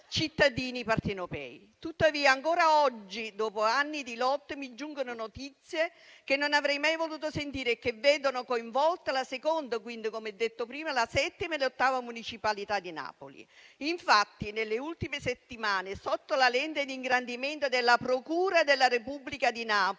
cittadini partenopei. Tuttavia ancora oggi, dopo anni di lotte, mi giungono notizie che non avrei mai voluto sentire e che vedono coinvolte la seconda, la settima e l'ottava municipalità di Napoli. Infatti, nelle ultime settimane, sotto la lente di ingrandimento della procura della Repubblica di Napoli